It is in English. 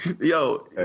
Yo